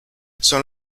son